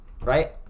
Right